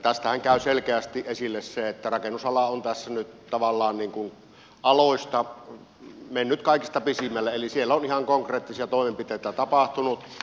tästähän käy selkeästi esille se että rakennusala on tässä nyt tavallaan aloista mennyt kaikista pisimmälle eli siellä on ihan konkreettisia toimenpiteitä tapahtunut